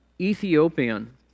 Ethiopian